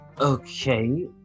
Okay